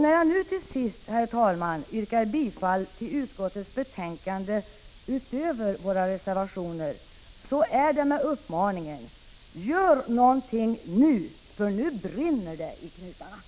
När jag nu till sist, herr talman, yrkar bifall till utskottets betänkande utöver våra reservationer är det med uppmaningen: Gör något nu för nu brinner det i knutarna!